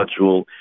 module